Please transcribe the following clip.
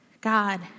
God